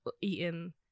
eaten